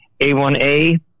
A1A